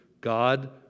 God